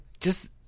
just-